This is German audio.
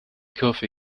kurve